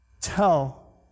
tell